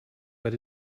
but